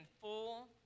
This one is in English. full